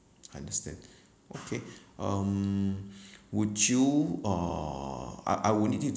understand okay um would you uh I I will need to